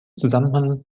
zusammenhang